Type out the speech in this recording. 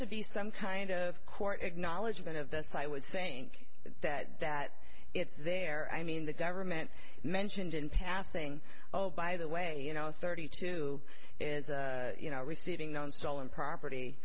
to be some kind of court acknowledgement of this i was saying that that it's there i mean the government mentioned in passing oh by the way you know thirty two is you know receiving known stolen property